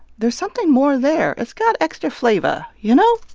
there's something more there. it's got extra flavor, you know?